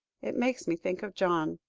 it makes me think of john.